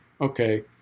okay